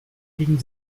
gegen